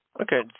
Okay